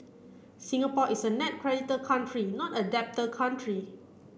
Singapore is a net creditor country not a debtor country